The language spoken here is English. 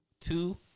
two